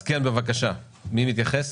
בבקשה, מי מתייחס?